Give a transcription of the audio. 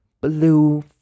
Blue